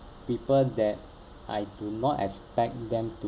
people that I do not expect them to